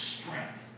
strength